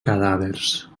cadàvers